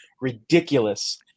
ridiculous